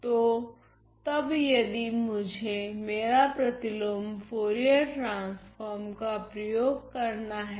तो तब यदि मुझे मेरा प्रतिलोम फुरियर ट्रांसफोर्म का प्रयोग करना हैं